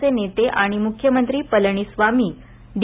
चे नेता आणि मुख्यमंत्री पलणीस्वामी डी